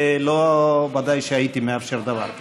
לא ודאי שהייתי מאפשר דבר כזה.